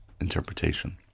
interpretation